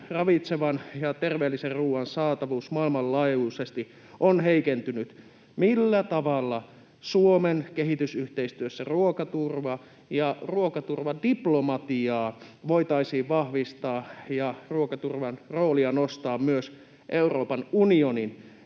ravitsevan ja terveellisen ruoan saatavuus maailmanlaajuisesti on heikentynyt. Millä tavalla Suomen kehitysyhteistyössä ruokaturvaa ja ruokaturvan diplomatiaa voitaisiin vahvistaa ja ruokaturvan roolia nostaa myös Euroopan unionin